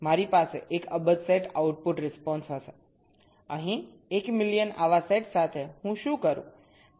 તેથી મારી પાસે 1 અબજ સેટ આઉટપુટ રિસ્પોન્સ હશે અહીં 1 મિલિયન આવા સેટ સાથે હું શું કરું